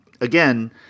again